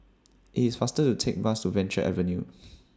IT IS faster to Take The Bus Venture Avenue